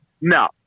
No